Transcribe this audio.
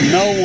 no